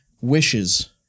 wishes